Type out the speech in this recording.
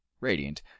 radiant